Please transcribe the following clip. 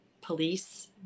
police